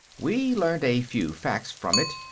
we learned a few facts from it,